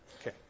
okay